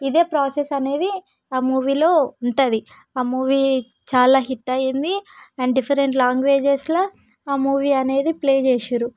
ఇదే ప్రాసెస్ అనేది ఆ మూవీలో ఉంటుంది ఆ మూవీ చాలా హిట్ అయ్యింది అండ్ డిఫరెంట్ లాంగ్వేజస్ల ఆ మూవీ అనేది ప్లే చేస్సిర్రు